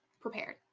prepared